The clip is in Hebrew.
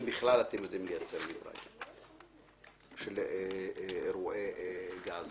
אם בכלל אתם יודעים לייצר מדרג של חומרת האירועים של אירועי גז.